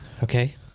Okay